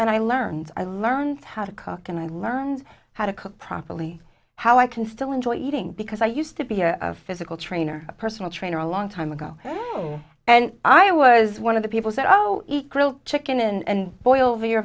and i learned i learned how to cook and i learned how to cook properly how i can still enjoy eating because i used to be a physical trainer a personal trainer a long time ago and i was one of the people said oh equal chicken and boil over your